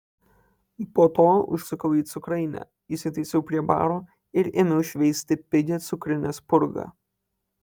po to užsukau į cukrainę įsitaisiau prie baro ir ėmiau šveisti pigią cukrinę spurgą